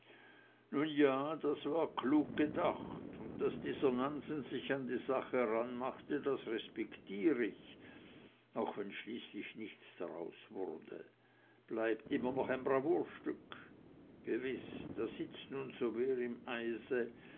ja das war klug gedacht und daß dieser nansen sich an die sache ranmachte das respektier ich auch wenn schließlich nichts draus wurde bleibt immer noch ein bravourstück gewiß da sitzt nu so wer im eise